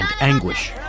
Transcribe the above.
anguish